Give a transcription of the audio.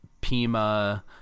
Pima